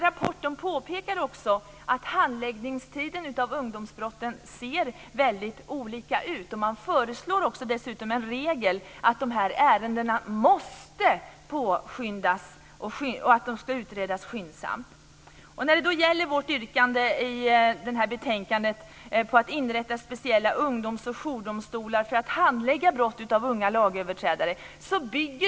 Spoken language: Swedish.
Rapporten påpekar också att handläggningstiden av ungdomsbrotten ser olika ut. Man föreslår dessutom en regel om att de här ärendena måste utredas skyndsamt. Vi yrkar i det här betänkandet på att det inrättas speciella ungdoms och jourdomstolar för att handlägga brott av unga lagöverträdare.